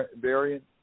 variant